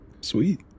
sweet